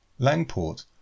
Langport